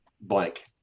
blank